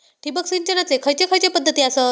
ठिबक सिंचनाचे खैयचे खैयचे पध्दती आसत?